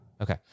Okay